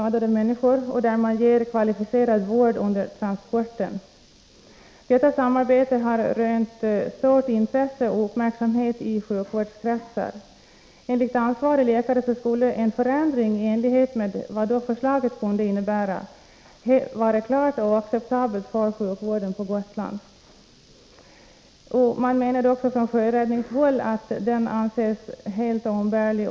Alla fyra skulle tas ur den grupp på sex som är stationerade i Ronneby och av vilka alltid en är placerad i Visby. Förslaget innebär bl.a. att utrustning och besättning skall bytas vid skifte av uppdrag.